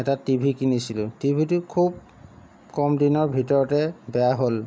এটা টিভি কিনিছিলোঁ টিভিটো খুব কম দিনৰ ভিতৰতে বেয়া হ'ল